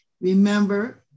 remember